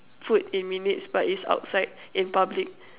food in minutes but it's outside in public